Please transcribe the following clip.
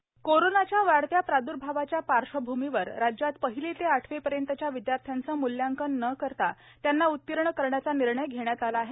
वर्षा गायकवाड कोरोनाच्या वाढत्या प्राद्र्भावाच्या पार्शभूमीवर राज्यात पहिली ते आठवीपर्यंतच्या विद्यार्थ्यांचं मूल्यांकन न करता त्यांना उतीर्ण करण्याचा निर्णय घेतला आहे